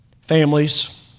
Families